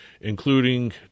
including